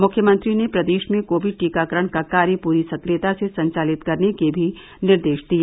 मुख्यमंत्री ने प्रदेश में कोविड टीकाकरण का कार्य पूरी सक्रियता से संचालित करने के भी निर्देश दिए